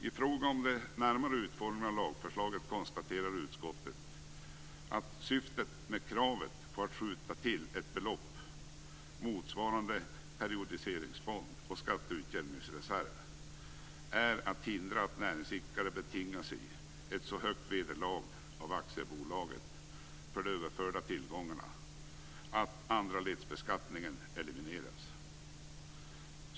I fråga om den närmare utformningen av lagförslaget konstaterar utskottet att syftet med kravet på att skjuta till ett belopp motsvarande periodiseringsfond och skatteutjämningsreserv är att hindra att näringsidkare betingar sig ett så högt vederlag av aktiebolaget för de överförda tillgångarna att andraledsbeskattningen elimineras.